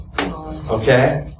Okay